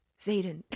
Zayden